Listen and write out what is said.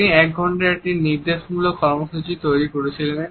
তিনি এক ঘণ্টার একটি নির্দেশমূলক কর্মসূচি তৈরি করেছিলেন